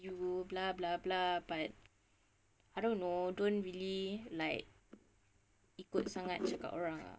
you blah blah blah but I don't know don't really like ikut sangat cakap orang